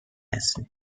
هستی